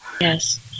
Yes